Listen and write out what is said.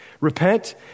Repent